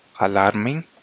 alarming